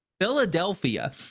philadelphia